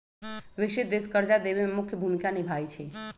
विकसित देश कर्जा देवे में मुख्य भूमिका निभाई छई